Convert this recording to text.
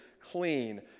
clean